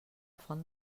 font